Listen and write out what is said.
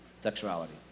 sexuality